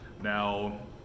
Now